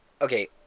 okay